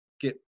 get